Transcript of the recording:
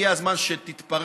הגיע הזמן שתתפרק,